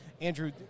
Andrew